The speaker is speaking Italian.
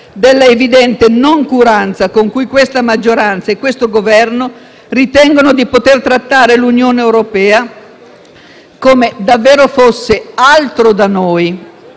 dell'evidente noncuranza con cui questa maggioranza e il Governo ritengono di poter trattare l'Unione europea come fosse altro da noi,